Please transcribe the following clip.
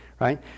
right